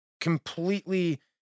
completely